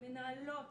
מנהלות,